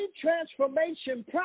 transformation